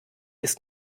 ist